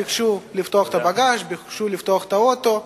ביקשו לפתוח את הבגאז' וביקשו לפתוח את האוטו.